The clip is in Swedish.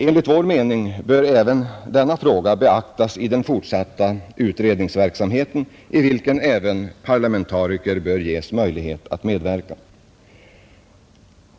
Enligt vår mening bör också denna fråga beaktas i den fortsatta utredningsverksamheten, i vilken även parlamentariker bör ges möjlighet att medverka.